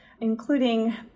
including